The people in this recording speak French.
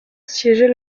siégeait